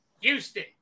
Houston